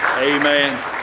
Amen